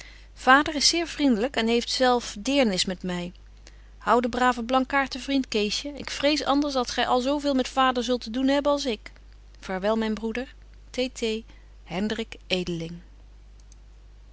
is zeer vriendlyk en heeft zelf deernis met my hou den braaven blankaart te vriend keesje ik vrees anders dat gy al zo veel met vader zult te doen hebben als ik vaarwel myn broeder